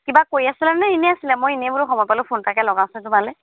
কিবা কৰি আছিলানে এনেই আছিলা মই এনেই বোলো সময় পালো ফোন এটাকে লগাওচোন তোমালৈ